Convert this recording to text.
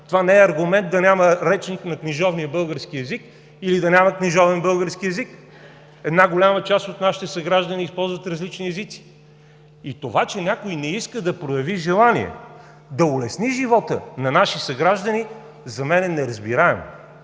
Това не е аргумент да няма речник на книжовния български език или да няма книжовен български език. Една голяма част от нашите съграждани използват различни езици и това, че някой не иска да прояви желание да улесни живота на нашите съграждани, за мен е неразбираемо.